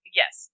yes